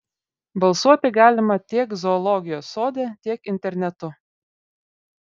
balsuoti galima tiek zoologijos sode tiek internetu